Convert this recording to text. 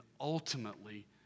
ultimately